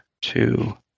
two